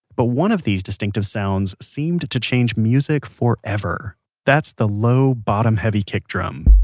but one of these distinctive sounds seemed to change music forever. that's the low, bottom-heavy kick drum.